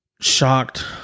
shocked